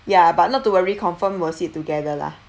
ya but not to worry confirm will sit together lah